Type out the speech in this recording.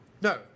no